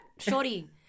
Shorty